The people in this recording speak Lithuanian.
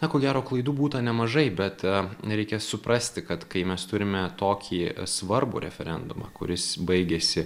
na ko gero klaidų būta nemažai bet reikia suprasti kad kai mes turime tokį svarbų referendumą kuris baigėsi